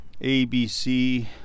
ABC